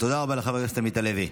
תודה רבה לחבר הכנסת עמית הלוי.